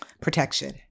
protection